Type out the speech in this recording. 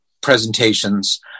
presentations